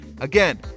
Again